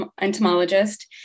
entomologist